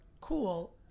cool